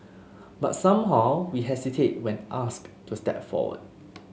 but somehow we hesitate when asked to step forward